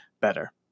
better